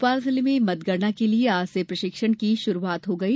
भोपाल जिले में मतगणना के लिए आज से प्रशिक्षण की शुरूआत हो गयी